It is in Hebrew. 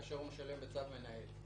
כאשר הוא משלם בצו מנהל.